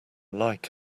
like